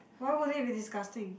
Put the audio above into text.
why would it be disgusting